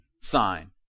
sign